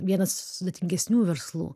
vienas sudėtingesnių verslų